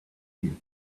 you